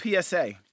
PSA